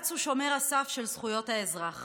בג"ץ הוא שומר הסף של זכויות האזרח